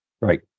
Right